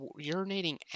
urinating